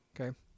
okay